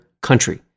country